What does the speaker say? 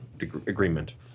agreement